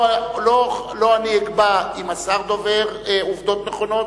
לא אני אקבע אם השר דובר עובדות נכונות